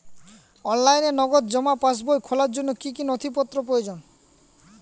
অনলাইনে নগদ জমা পাসবই খোলার জন্য কী কী নথি প্রয়োজন?